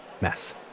...mess